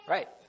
Right